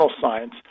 science